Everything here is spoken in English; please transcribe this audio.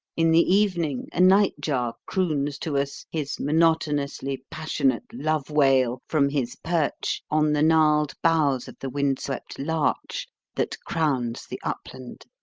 in the evening, a nightjar croons to us his monotonously passionate love-wail from his perch on the gnarled boughs of the wind-swept larch that crowns the upland.